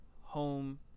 home